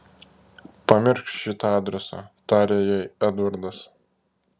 pamiršk šitą adresą tarė jai edvardas